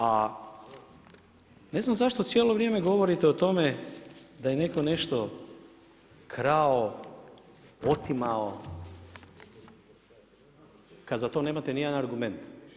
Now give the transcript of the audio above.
A ne znam zašto cijelo vrijeme govorite o tome da je netko nešto krao, otimao, kad za to nemate ni jedan argument.